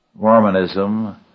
Mormonism